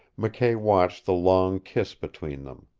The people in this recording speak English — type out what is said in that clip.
mckay watched the long kiss between them.